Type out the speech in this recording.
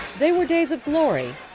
they were days of glory,